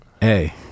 Hey